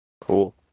Cool